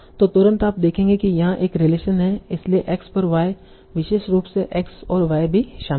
तो तुरंत आप देखेंगे कि यहाँ एक रिलेशन है इसलिए x पर y विशेष रूप से x और y भी शामिल है